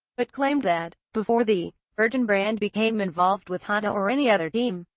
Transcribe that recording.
but claimed that, before the virgin brand became involved with honda or any other team,